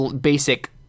basic